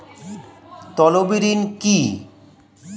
তলবি ঋণ কি?